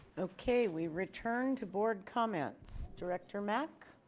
ok we return to board comments. director mack.